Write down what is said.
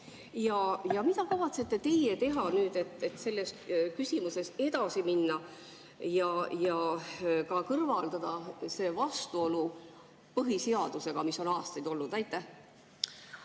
Mida kavatsete teie teha nüüd, et selles küsimuses edasi minna ja kõrvaldada see vastuolu põhiseadusega, mis on aastaid olnud? Aitäh,